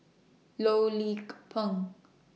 Loh Lik Peng